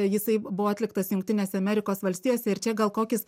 jisai buvo atliktas jungtinėse amerikos valstijose ir čia gal kokis